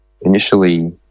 Initially